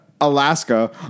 Alaska